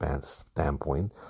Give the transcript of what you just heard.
standpoint